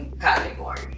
category